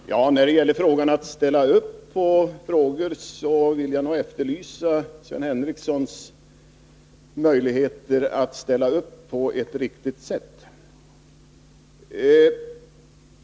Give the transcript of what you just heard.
Herr talman! När det gäller att ställa upp i olika avseenden vill jag nog efterlysa Sven Henricssons möjligheter att ställa upp på ett riktigt sätt.